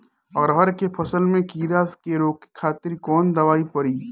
अरहर के फसल में कीड़ा के रोके खातिर कौन दवाई पड़ी?